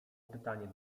pytanie